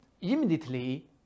immediately